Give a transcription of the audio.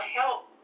help